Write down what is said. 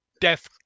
death